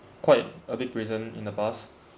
quite a big prison in the past